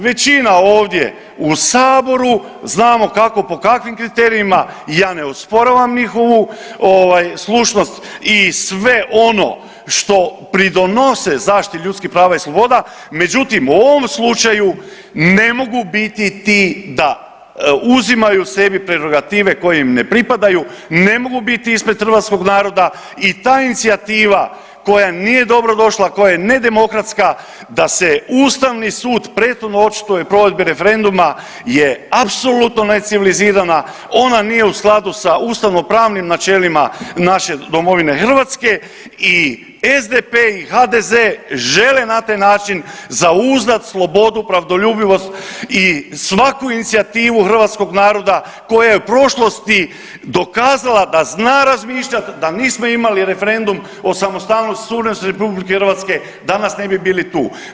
Većina ovdje u Saboru, znamo kako, po kakvim kriterijima, ja ne osporavam njihovu slušnost i sve ono što pridonose zaštiti ljudskih prava i sloboda, međutim, u ovom slučaju ne mogu biti ti da uzimaju sebi prerogative koji im ne pripadaju, ne mogu biti ispred hrvatskog naroda i ta inicijativa koja nije dobrodošla, koja je nedemokratska, da se Ustavni sud prethodno očituje o provedbi referenduma je apsolutno necivilizirana, ona nije u skladu sa ustavnopravnim načelima naše domovine Hrvatske i SDP i HDZ žele na taj način zauzdati slobodu, pravdoljubivost i svaku inicijativu hrvatskog naroda koja je u prošlosti dokazala da zna razmišljati, da nismo imali referendum o samostalnosti i suverenosti RH, danas ne bi bili tu.